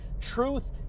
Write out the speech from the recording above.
Truth